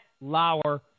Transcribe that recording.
Lauer